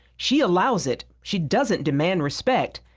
she allowed it. she doesn't demand respect.